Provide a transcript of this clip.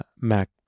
Mac